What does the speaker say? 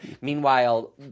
Meanwhile